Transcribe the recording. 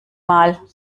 mal